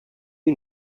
you